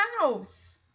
house